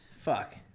Fuck